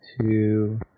two